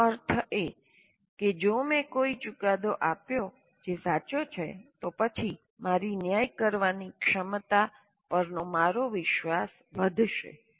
તેનો અર્થ એ કે જો મેં કોઈ ચુકાદો આપ્યો જે સાચો છે તો પછી મારી ન્યાય કરવાની ક્ષમતા પરનો મારો વિશ્વાસ વધશે